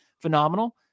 phenomenal